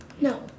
No